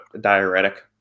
diuretic